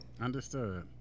understood